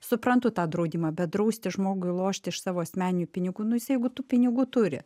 suprantu tą draudimą bet drausti žmogui lošti iš savo asmeninių pinigų nu jis jeigu tų pinigų turi